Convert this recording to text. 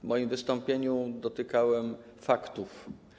W moim wystąpieniu dotykałem faktów.